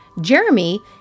Jeremy